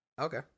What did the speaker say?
Okay